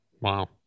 wow